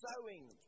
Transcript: sowing